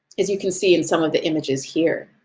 as you can see in some of the images here.